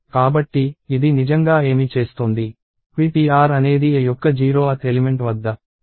కాబట్టి ఇది నిజంగా ఏమి చేస్తోంది ptr అనేది a యొక్క 0th ఎలిమెంట్ వద్ద సూచించడం ప్రారంభిస్తుంది